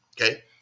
okay